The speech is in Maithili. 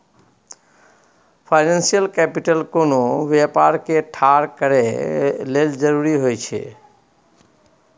फाइनेंशियल कैपिटल कोनो व्यापार के ठाढ़ करए लेल जरूरी होइ छइ